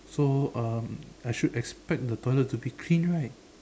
so um I should expect the toilet to be clean right